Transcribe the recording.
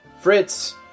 Fritz